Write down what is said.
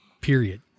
period